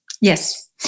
Yes